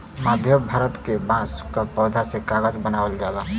मध्य भारत के बांस क पौधा से कागज बनावल जाला